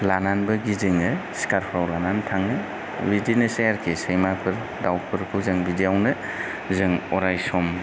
लानानैबो गिदिङो सिखाराव लानानै थाङो बिदिनोसै आरोखि सैमाफोर दाउफोरखौ जों बिदियावनो जों अरायसम